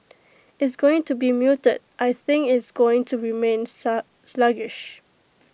IT is going to be muted I think IT is going to remain slug sluggish